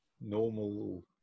normal